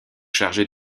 chargée